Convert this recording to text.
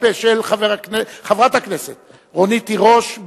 חברת הכנסת רונית תירוש,